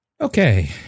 Okay